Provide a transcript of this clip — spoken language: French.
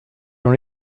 dans